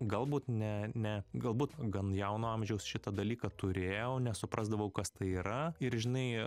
galbūt ne ne galbūt gan jauno amžiaus šitą dalyką turėjau nesuprasdavau kas tai yra ir žinai